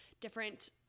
different